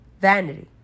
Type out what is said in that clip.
Vanity